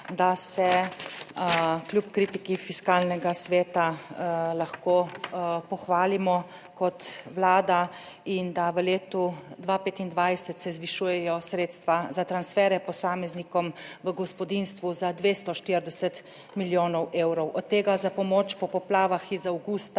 da se kljub kritiki Fiskalnega sveta lahko pohvalimo kot Vlada in da v letu 2025 se zvišujejo sredstva za transfere posameznikom v gospodinjstvu za 240 milijonov evrov, od tega za pomoč po poplavah iz avgusta